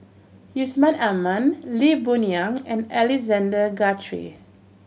Yusman Aman Lee Boon Yang and Alexander Guthrie